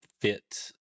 fit